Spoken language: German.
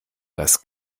das